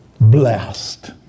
Blessed